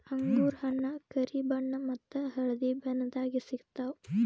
ಅಂಗೂರ್ ಹಣ್ಣ್ ಕರಿ ಬಣ್ಣ ಮತ್ತ್ ಹಳ್ದಿ ಬಣ್ಣದಾಗ್ ಸಿಗ್ತವ್